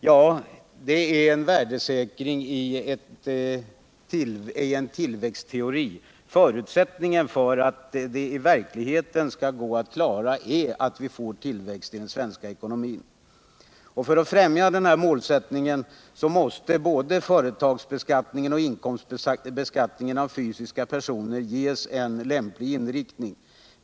Ja, det är en värdesäkring i en tillväxtteori. Förutsättningen för att det skall fungera i verkligheten är alltså att vi får en tillväxt i den svenska ekonomin. För att främja det syftet måste både företagsbeskattningen och inkomstbeskattningen av fysiska personer ges en lämplig inriktning.